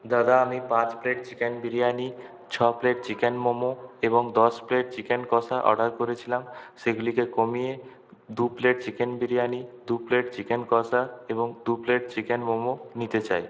দাদা আমি পাঁচ প্লেট চিকেন বিরিয়ানি ছ প্লেট চিকেন মোমো এবং দশ প্লেট চিকেন কষা অর্ডার করেছিলাম সেগুলিকে কমিয়ে দু প্লেট চিকেন বিরিয়ানি দু প্লেট চিকেন কষা এবং দু প্লেট চিকেন মোমো নিতে চাই